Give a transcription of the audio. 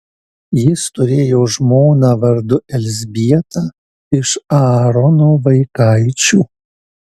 jis turėjo žmoną vardu elzbietą iš aarono vaikaičių